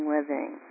Living